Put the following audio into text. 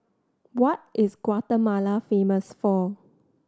what is Guatemala famous for